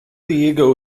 diego